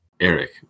Eric